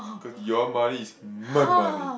cause your money is my money